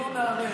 לא ניערך,